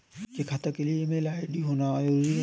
क्या खाता के लिए ईमेल आई.डी होना जरूरी है?